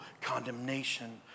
condemnation